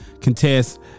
contest